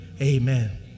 Amen